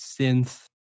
synth